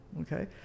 Okay